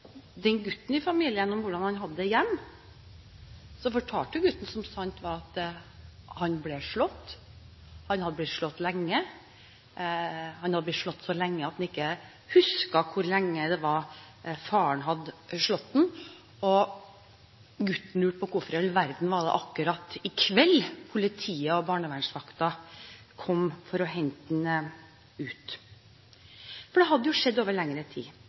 gutten i den familien om hvordan han hadde det hjemme, fortalte gutten – som sant var – at han ble slått, han hadde blitt slått lenge, han hadde blitt slått så lenge at han ikke husket hvor lenge det var faren hadde slått han, og gutten lurte på hvorfor det akkurat var i kveld politiet og barnevernsvakten kom for å hente han ut, for dette hadde jo skjedd over lengre tid.